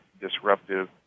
disruptive